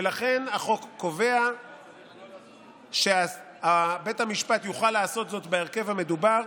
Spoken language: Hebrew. ולכן החוק קובע שבית המשפט יוכל לעשות זאת בהרכב המדובר